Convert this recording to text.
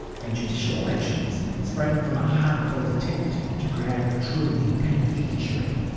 and judicial elections sprang from a heartfelt attempt to create a truly independent judiciary.